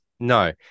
No